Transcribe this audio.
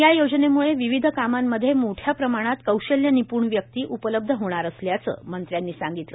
या योजनेमुळं विविध कामांमध्ये मोठ्या प्रमाणात कौशल्य निपूण व्यक्ती उपलब्ध होणार असल्याचं मंत्र्यांनी सांगितलं